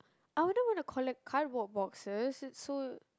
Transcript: I wouldn't want to collect cardboard boxes it's so